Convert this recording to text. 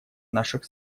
наших